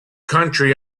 country